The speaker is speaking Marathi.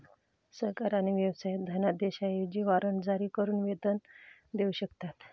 सरकार आणि व्यवसाय धनादेशांऐवजी वॉरंट जारी करून वेतन देऊ शकतात